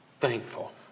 thankful